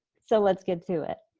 so let's get to it.